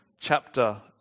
chapter